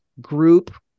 group